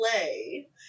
play